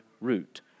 route